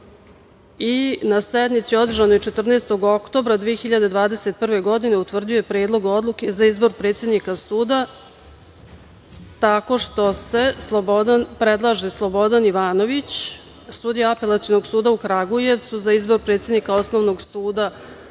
sednici održanoj 14. oktobra 2021. godine utvrdio je Predlog odluke za izbor predsednika suda tako što se predlaže Slobodan Ivanović, sudija Apelacionog suda u Kragujevcu za izbor predsednika Osnovnog suda